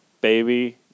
baby